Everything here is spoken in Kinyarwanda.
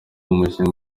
umukinnyi